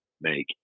make